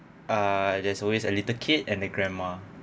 uh there's always a little kid and the grandma